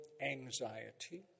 anxiety